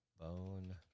Bone